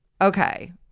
Okay